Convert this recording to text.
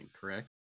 correct